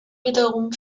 wiederum